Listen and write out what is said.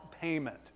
payment